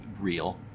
real